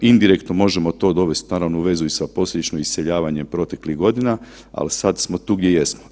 Indirektno to možemo dovesti naravno i u vezi i sa posljedično iseljavanjem proteklih godina, ali sad smo tu gdje jesmo.